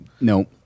No